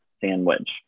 sandwich